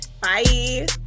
Bye